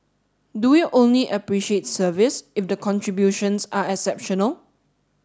do we only appreciate service if the contributions are exceptional